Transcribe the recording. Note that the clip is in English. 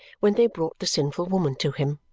when they brought the sinful woman to him.